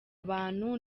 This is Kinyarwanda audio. abantu